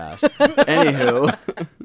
Anywho